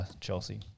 Chelsea